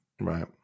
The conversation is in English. Right